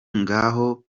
ngaho